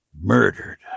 murdered